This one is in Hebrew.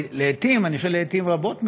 לעתים, אני חושב לעתים רבות מדי,